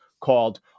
called